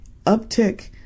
uptick